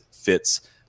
fits